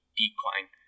decline